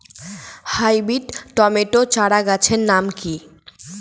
Hybrid tomato চারাগাছের নাম কি?